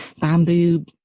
bamboo